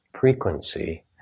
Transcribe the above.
frequency